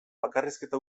bakarrizketa